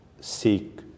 seek